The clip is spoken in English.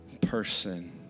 person